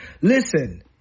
Listen